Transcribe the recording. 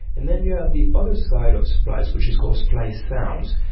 and then you have the other side of splice, which is called splice sounds,